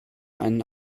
einen